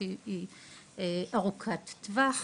כאשר מדובר בבתי החולים של ׳כללית׳,